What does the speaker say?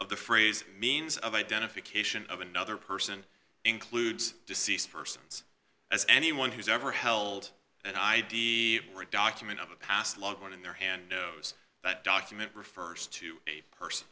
of the phrase means of identification of another person includes deceased persons as anyone who's ever held an idea or a document of a past long gone in their hand knows that document refers to a person